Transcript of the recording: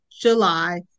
July